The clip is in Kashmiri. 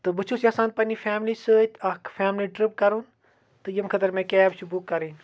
تہٕ بہٕ چھُس یَژھان پَننہِ فیملی سۭتۍ اَکھ فیملی ٹرٛپ کَرُن تہٕ ییٚمہِ خٲطرٕ مےٚ کیب چھِ بُک کَرٕنۍ